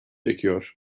çekiyor